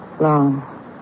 long